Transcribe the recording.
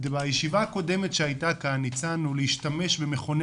בישיבה הקודמת שהייתה כאן הצענו להשתמש במכוני